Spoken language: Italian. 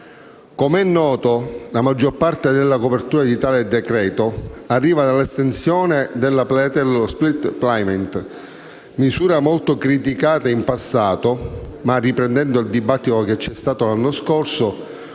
Com'è noto, la maggior parte della copertura di tale decreto arriva dall'estensione della platea dello *split payment*, misura molto criticata in passato. Riprendendo il dibattito svolto l'anno scorso